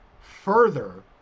further